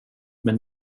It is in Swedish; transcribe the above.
men